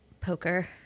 poker